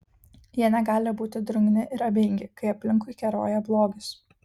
jie negali būti drungni ir abejingi kai aplinkui keroja blogis